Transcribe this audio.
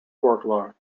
folklore